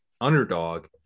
underdog